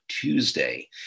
Tuesday